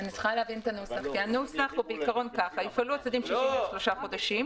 אני צריכה להבין את הנוסח: "יפעלו הצדדים בתוך שלושה חודשים".